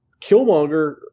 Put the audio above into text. Killmonger